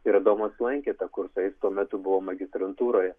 ir adomas lankė tą kursą jis tuo metu buvo magistrantūroje